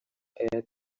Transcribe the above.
airtel